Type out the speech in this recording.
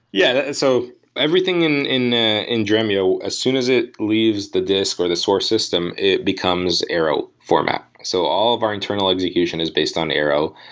yeah. so everything in in ah dremio, as soon as it leaves the disk or the source system, it becomes arrow format. so all of our internal execution is based on arrow,